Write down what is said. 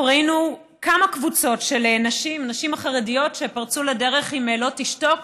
אנחנו ראינו כמה קבוצות של נשים חרדיות שפרצו לדרך עם "לא תשתוק".